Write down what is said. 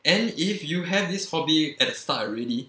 and if you have this hobby at the start already